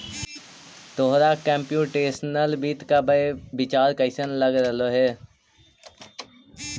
तोहरा कंप्युटेशनल वित्त का विचार कइसन लग रहलो हे